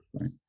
right